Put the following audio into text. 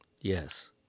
Yes